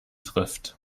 trifft